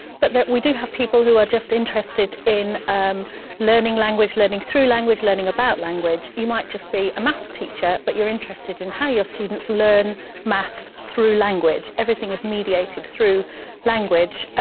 but we do have people who are just interested in um learning language, learning through language, learning about language. you might just be a math teacher, but you're interested in how your students learn math through language. everything is mediated through language.